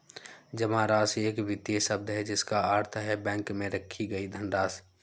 जमा राशि एक वित्तीय शब्द है जिसका अर्थ है बैंक में रखी गई धनराशि